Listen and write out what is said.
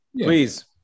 Please